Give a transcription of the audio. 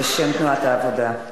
בשם סיעת העבודה.